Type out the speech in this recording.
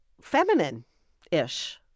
feminine-ish